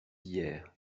hier